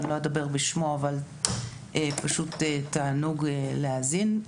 אני לא אדבר בשמו אבל פשוט תענוג להאזין לו,